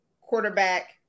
quarterback